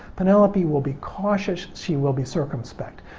penelope will be cautious, she will be circumspect.